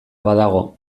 badago